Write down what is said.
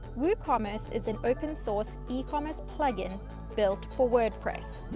woocommerce is an open source ecommerce plugin built for wordpress.